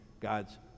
God's